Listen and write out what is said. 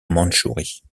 mandchourie